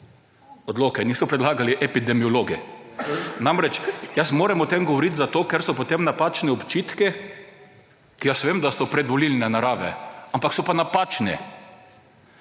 Odlokov niso predlagali epidemiologi. Namreč, jaz moram o tem govoriti zato, ker so potem napačni očitki, ker jaz vem, da so predvolilne narave, ampak so pa napačni.